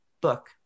book